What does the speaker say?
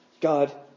God